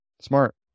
smart